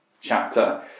chapter